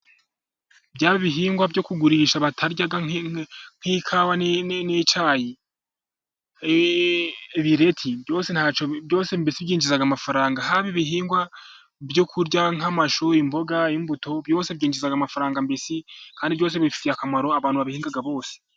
Byaba ibihingwa byo kugurisha batarya, nk'ikawa, n'icyayi, ibireti, byose byinjiza amafaranga, haba ibihingwa byo kurya nk'amashu, imboga, byose byinjiza amafaranga, mbesi kandi byose bifitiye akamaro abantu babihinga bose.